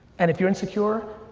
and if you're insecure,